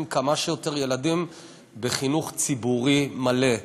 כמה שיותר ילדים בחינוך ציבורי מלא,